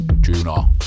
Juno